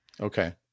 Okay